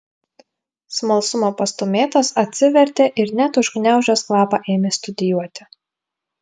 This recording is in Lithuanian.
smalsumo pastūmėtas atsivertė ir net užgniaužęs kvapą ėmė studijuoti